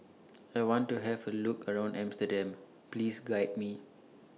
I want to Have A Look around Amsterdam Please Guide Me